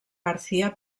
garcia